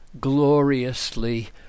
gloriously